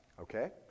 Okay